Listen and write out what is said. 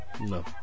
No